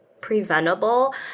preventable